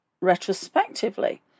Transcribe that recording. retrospectively